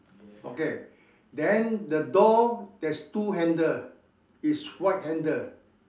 okay then the door there's two handle is white handle